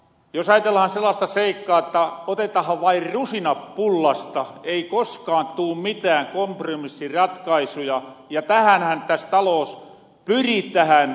jos ajatellahan sellasta seikkaa että otetahan vain rusinat pullasta ei koskaan tuu mitään kompromissiratkaisuja ja tähänhän täs taloos pyritähän